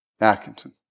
Atkinson